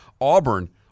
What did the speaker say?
Auburn